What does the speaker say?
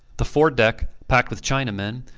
the fore-deck, packed with chinamen,